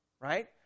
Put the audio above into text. right